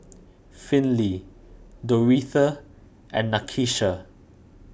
Finley Doretha and Nakisha